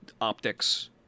optics